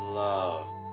Love